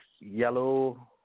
yellow